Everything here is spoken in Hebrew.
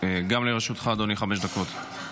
גם לרשותך, אדוני, חמש דקות.